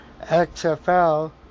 XFL